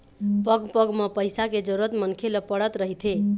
पग पग म पइसा के जरुरत मनखे ल पड़त रहिथे